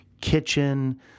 kitchen